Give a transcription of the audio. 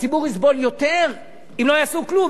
הציבור יסבול יותר אם לא יעשו כלום.